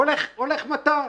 הולך מטע.